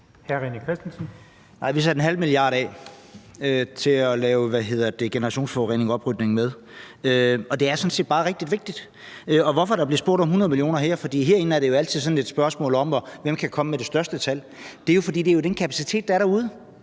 vi satte en halv milliard af til oprydning af generationsforurening. Og det er sådan set bare rigtig vigtigt. Grunden til, at der bliver spurgt om 100 mio. kr. her – for herinde er det jo altid et spørgsmål om, hvem der kan komme med de største tal – er jo, at det er den kapacitet, der er derude.